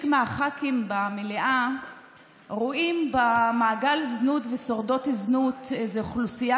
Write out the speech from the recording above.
מהח"כים במליאה רואים במעגל הזנות ושורדות הזנות איזו אוכלוסייה